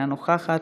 אינה נוכחת,